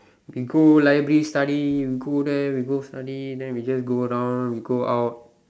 we go library study you go there we go study then we just do down we go out